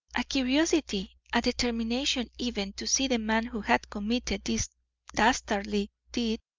a curiosity, a determination even, to see the man who had committed this dastardly deed,